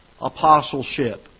apostleship